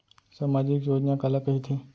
सामाजिक योजना काला कहिथे?